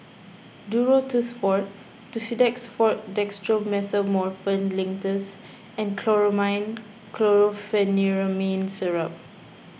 Duro Tuss Forte Tussidex forte Dextromethorphan Linctus and Chlormine Chlorpheniramine Syrup